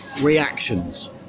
reactions